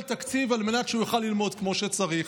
תקציב על מנת שהוא יוכל ללמוד כמו שצריך.